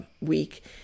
week